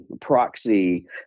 proxy